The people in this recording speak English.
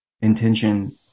intention